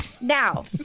now